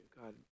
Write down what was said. God